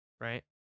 right